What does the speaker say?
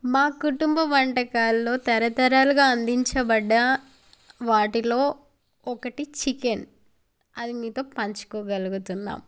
మా కుటుంబ వంటకాలలో తరతరాలుగా అందించబడుతున్న వాటిలో ఒకటి చికెన్ అది మీతో పంచుకోగలుగుతున్నాం